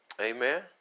Amen